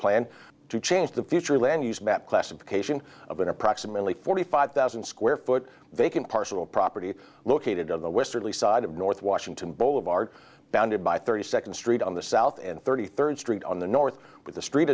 plan to change the future land use map classification of an approximately forty five thousand square foot vacant parcel property located on the westerly side of north washington boulevard bounded by thirty second street on the south and thirty third street on the north with a street